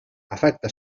afecta